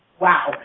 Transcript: wow